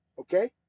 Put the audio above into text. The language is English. okay